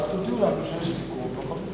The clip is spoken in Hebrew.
ואז תודיעו לנו שיש סיכום והכול בסדר.